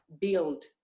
build